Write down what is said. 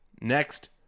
Next